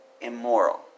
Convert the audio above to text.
Immoral